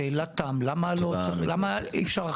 שאלת תם: למה אי אפשר,